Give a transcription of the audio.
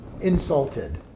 insulted